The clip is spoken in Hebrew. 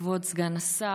כבוד סגן השר,